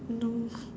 no